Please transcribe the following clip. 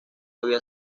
había